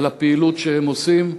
על הפעילות שהם עושים,